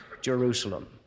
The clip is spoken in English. Jerusalem